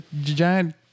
giant